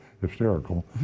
hysterical